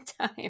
time